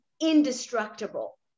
indestructible